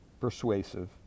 persuasive